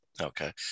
Okay